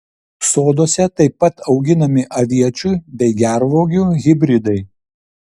soduose taip pat auginami aviečių bei gervuogių hibridai